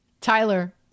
Tyler